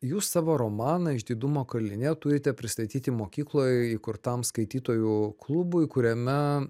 jūs savo romaną išdidumo kalinė turite pristatyti mokykloje įkurtam skaitytojų klubui kuriame